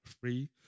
free